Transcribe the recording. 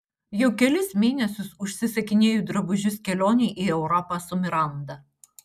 jau kelis mėnesius užsisakinėju drabužius kelionei į europą su miranda